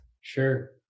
Sure